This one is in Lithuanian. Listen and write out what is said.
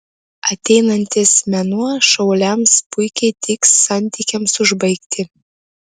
ateinantis mėnuo šauliams puikiai tiks santykiams užbaigti